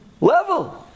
level